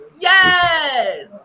Yes